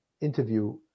interview